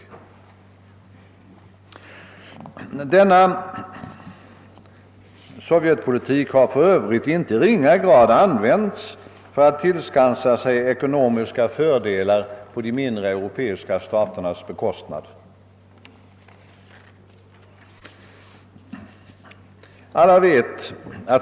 Denna sovjetpolitik har för Övrigt i inte ringa utsträckning använts för att tillskansa sig ekonomiska fördelar på vissa mindre europeiska staters bekostnad.